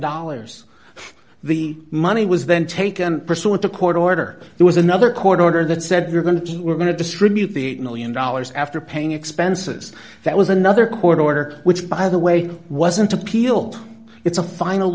dollars the money was then taken pursuant to court order there was another court order that said you're going to we're going to distribute the eight million dollars after paying expenses that was another court order which by the way wasn't appealed it's a final